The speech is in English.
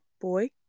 boy